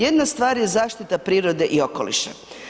Jedna stvar je zaštita prirode i okoliša.